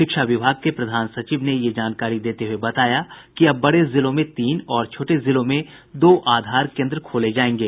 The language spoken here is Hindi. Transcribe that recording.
शिक्षा विभाग के प्रधान सचिव ने ये जानकारी देते हुये बताया कि अब बड़े जिलों में तीन और छोटे जिलों में दो आधार केंद्र खोले जायेंगे